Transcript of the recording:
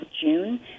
June